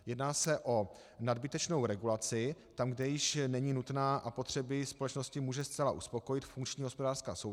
Jedná se o nadbytečnou regulaci tam, kde již není nutná a potřeby společnosti může zcela uspokojit funkční hospodářská soutěž.